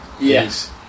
Yes